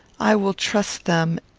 i will trust them,